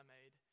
made